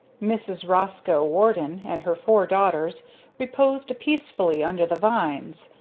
mrs. roscoe warden and her four daughters reposed peacefully under the vines,